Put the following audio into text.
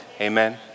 Amen